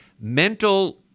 mental